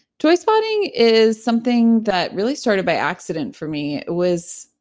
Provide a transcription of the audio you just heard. joyspotting is something that really started by accident for me was,